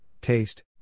taste